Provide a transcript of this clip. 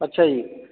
ਅੱਛਾ ਜੀ